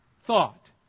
Thought